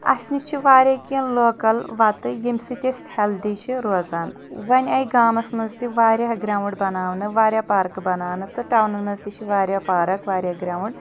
اسہِ نِش چھِ واریاہ کینٛہہ لوکل وتہٕ ییٚمہِ سۭتۍ أسۍ ہٮ۪لدی چھِ روزان وۄنہِ آے گامس منٛز تہِ واریاہ گراوُنٛڈ بناونہٕ واریاہ پارکہٕ بناونہٕ تہٕ ٹونن منٛز تہِ چھِ واریاہ پارک واریاہ گراوُنٛڈ